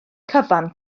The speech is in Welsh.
cyfan